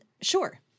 sure